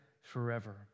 forever